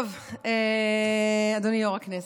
טוב, אדוני יו"ר הישיבה.